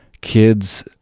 kids